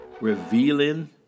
revealing